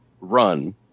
run